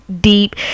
deep